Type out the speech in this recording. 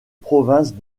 provinces